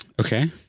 Okay